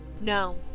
No